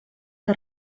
que